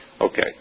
Okay